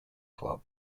club